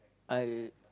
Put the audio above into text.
I